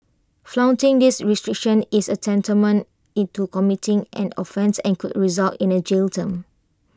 flouting these restrictions is tantamount into committing an offence and could result in A jail term